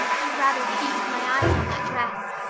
i'd rather feast my eyes on that dress.